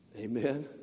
Amen